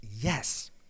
Yes